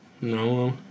No